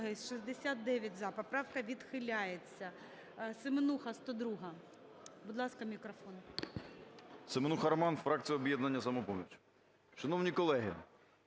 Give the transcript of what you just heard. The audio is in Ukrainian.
Семенуха Роман, фракція "Об'єднання "Самопоміч". Шановні колеги,